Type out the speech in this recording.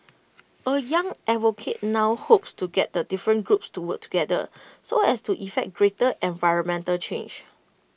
A young advocate now hopes to get the different groups to work together so as to effect greater environmental change